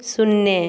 शून्य